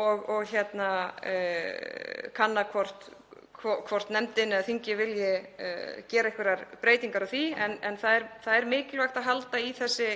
og kanna hvort nefndin eða þingið vilji gera einhverjar breytingar á því en það er mikilvægt að halda í þessi